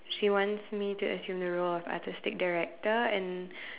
she wants me to assume the role of artistic director and